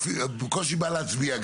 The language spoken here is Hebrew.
בקושי בא להצביע, כלום.